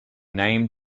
name